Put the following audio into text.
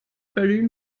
berlin